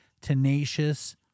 tenacious